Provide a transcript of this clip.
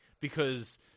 because-